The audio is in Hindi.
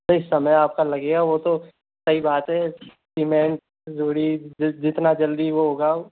नहीं समय आपका लगेगा वो तो सही बात है सिमेन्ट रोड़ी जि जितना जल्दी वो होगा